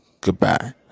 Goodbye